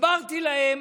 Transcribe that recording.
הסברתי להם